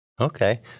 Okay